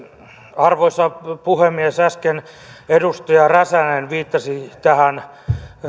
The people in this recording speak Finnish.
arvoisa puhemies äsken edustaja räsänen viittasi tähän